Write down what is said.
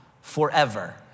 forever